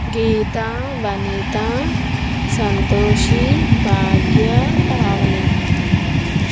Gita Vanitha Santoshi Bhagya Pavani